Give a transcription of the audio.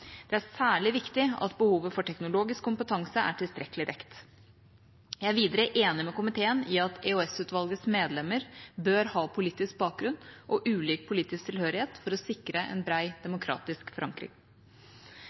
Det er særlig viktig at behovet for teknologisk kompetanse er tilstrekkelig dekt. Jeg er videre enig med komiteen i at EOS-utvalgets medlemmer bør ha politisk bakgrunn og ulik politisk tilhørighet for å sikre en